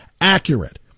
accurate